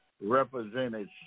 represented